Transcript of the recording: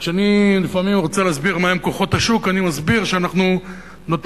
כשאני לפעמים רוצה להסביר מהם כוחות השוק אני מסביר שאנחנו נותנים,